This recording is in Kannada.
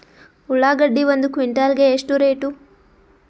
ಉಳ್ಳಾಗಡ್ಡಿ ಒಂದು ಕ್ವಿಂಟಾಲ್ ಗೆ ಎಷ್ಟು ರೇಟು?